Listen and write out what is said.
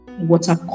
water